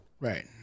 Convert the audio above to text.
Right